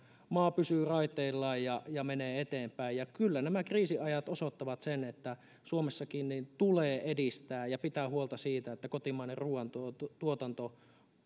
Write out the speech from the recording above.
maa pysyy raiteillaan ja ja menee eteenpäin kyllä nämä kriisiajat osoittavat sen että suomessakin tulee edistää ja pitää huolta siitä että kotimainen ruuantuotanto